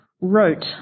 wrote